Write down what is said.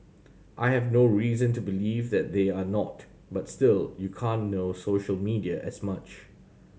I have no reason to believe that they are not but still you can't know social media as much